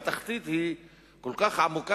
התחתית היא כל כך עמוקה,